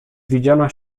widziana